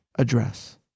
address